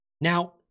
Now